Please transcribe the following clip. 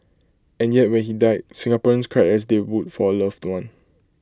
and yet when he died Singaporeans cried as they would for A loved one